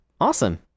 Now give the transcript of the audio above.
awesome